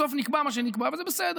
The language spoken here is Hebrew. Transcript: בסוף נקבע מה שנקבע וזה בסדר.